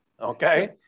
Okay